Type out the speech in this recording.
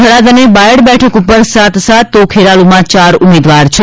થરાદ અને બાયડ બેઠક ઉપર સાત સાત તો ખેરાલુમાં ચાર ઉમેદવાર છે